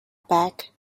back